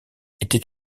était